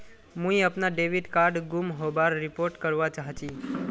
मुई अपना debit card गूम होबार रिपोर्ट करवा चहची